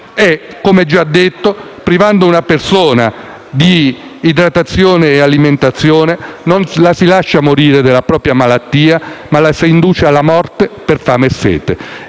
E, come già detto, privando una persona di idratazione e alimentazione non la si lascia morire della propria malattia, ma la si induce alla morte per fame e per